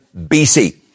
BC